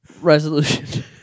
resolution